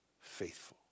faithful